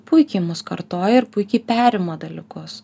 puikiai mus kartoja ir puikiai perima dalykus